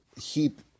heap